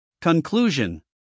Conclusion